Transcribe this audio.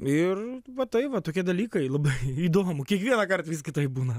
ir va tai va tokie dalykai labai įdomu kiekvienąkart vis kitaip būna